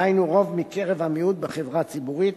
דהיינו רוב מקרב המיעוט בחברה ציבורית,